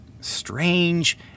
strange